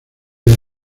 del